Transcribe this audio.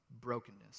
brokenness